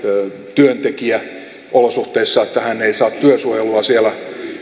työntekijä olosuhteissa että hän ei saa työsuojelua siellä